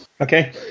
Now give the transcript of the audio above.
Okay